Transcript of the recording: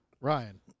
Ryan